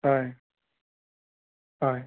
হয় হয়